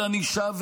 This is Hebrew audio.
נכון.